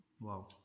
Wow